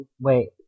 Wait